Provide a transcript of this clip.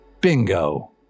Bingo